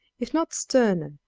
if not sterner,